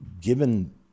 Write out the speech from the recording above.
given